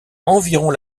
environ